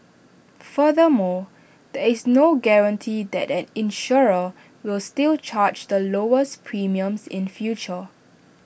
furthermore there is no guarantee that an insurer will still charge the lowest premiums in future